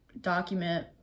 document